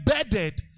embedded